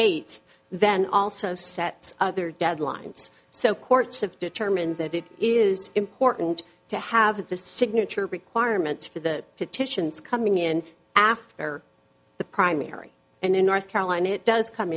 eighth then also sets their deadlines so courts have determined that it is important to have the signature requirements for the petitions coming in after the primary and in north carolina it does come